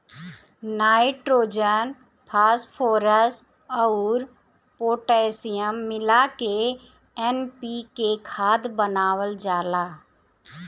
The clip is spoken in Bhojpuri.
नाइट्रोजन, फॉस्फोरस अउर पोटैशियम मिला के एन.पी.के खाद बनावल जाला